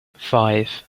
five